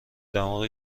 دماغ